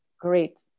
great